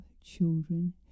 children